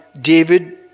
David